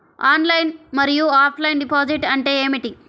Online మరియు offline deposit అంటే ఏమిటి?